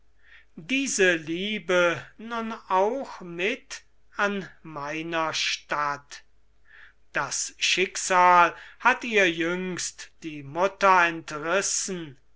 diese liebe nun auch mit an meiner statt das schicksal hat ihr jüngst die mutter entrissen